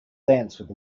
dance